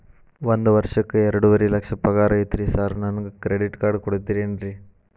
ಒಂದ್ ವರ್ಷಕ್ಕ ಎರಡುವರಿ ಲಕ್ಷ ಪಗಾರ ಐತ್ರಿ ಸಾರ್ ನನ್ಗ ಕ್ರೆಡಿಟ್ ಕಾರ್ಡ್ ಕೊಡ್ತೇರೆನ್ರಿ?